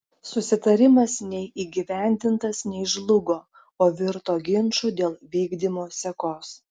susitarimas nei įgyvendintas nei žlugo o virto ginču dėl vykdymo sekos